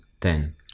ten